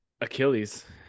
Achilles